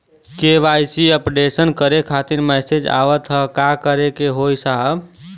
KYC updation करें खातिर message आवत ह का करे के होई साहब?